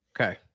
Okay